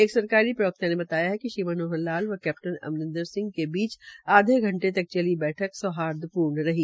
एक सरकारी प्रवक्ता ने बताया कि श्री मनोहर लाल व कैप्टन अमरिन्दर के बीच आधे घंटे तक चली बैठक सौहार्दपूर्ण रही